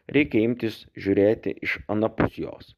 reikia imtis žiūrėti iš anapus jos